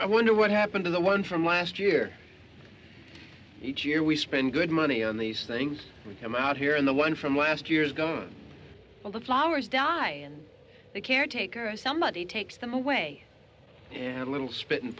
i wonder what happened to the one from last year each year we spend good money on these things we come out here in the one from last years go all the flowers die and the caretaker somebody takes them away and a little spit